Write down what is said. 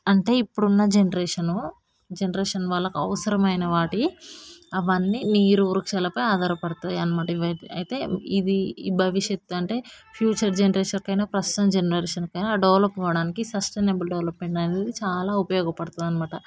అంటే ఇప్పుడున్న generation generation వాళ్ళకి అవసరమైన వాటి అవన్నీ నీరు వృక్షాలపై ఆధారపడతాయి అన్నమాట ఇవి అయితే అయితే ఇవి భవిష్యత్ అంటే ఫ్యూచర్ జనరేషన్కైనా ప్రస్తుతం జనరేషన్కైనా డెవలప్ కావడానికి సస్టైనబుల్ డెవలప్మెంట్ అనేది చాలా ఉపయోగపడుతుంది అన్నమాట